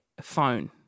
phone